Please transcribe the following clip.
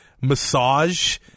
massage